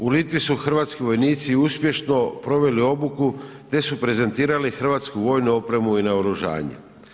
U Litvi su hrvatski vojnici uspješno proveli obuku, te su prezentirali hrvatsku vojnu opremu i naoružanje.